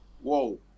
Whoa